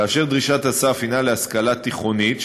כאשר דרישת הסף הנה להשכלה תיכונית,